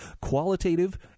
qualitative